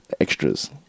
extras